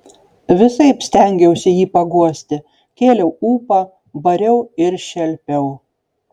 visaip stengiausi jį paguosti kėliau ūpą bariau ir šelpiau